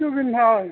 ᱦᱤᱡᱩᱜ ᱵᱤᱱ ᱦᱳᱭ